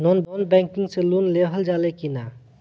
Non banking से loan लेल जा ले कि ना?